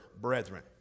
brethren